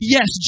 Yes